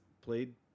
played